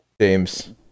James